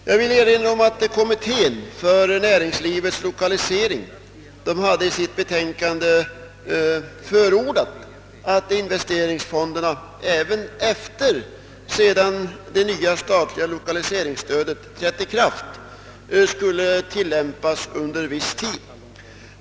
Jag vill erinra om att kommittén för näringslivets lokalisering i sitt betänkande förordat, att investeringsfonderna även sedan det nya statliga lokaliseringsstödet trätt i kraft skulle tillämpas under viss tid.